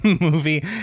movie